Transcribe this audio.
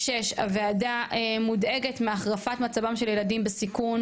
הוועדה מודאגת מהחרפת מצבם של ילדים בסיכון,